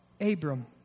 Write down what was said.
Abram